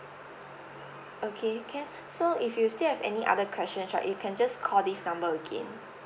okay can so if you still have any other questions right you can just call this number again